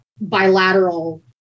bilateral